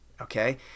okay